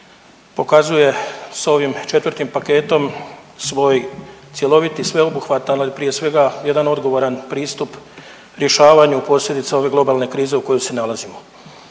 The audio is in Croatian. pokazuje s ovim 4. paketom svoj cjelovit i sveobuhvatan, ali prije svega jedan odgovoran pristup rješavanju posljedica ove globalne krize u kojoj se nalazimo.